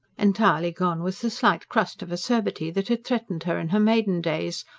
entirely gone was the slight crust of acerbity that had threatened her in her maiden days,